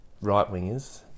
right-wingers